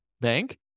bank